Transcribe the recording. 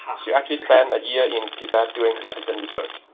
she actually spent a year in tibet doing medicine research.